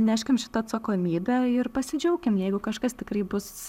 neškim šitą atsakomybę ir pasidžiaukim jeigu kažkas tikrai bus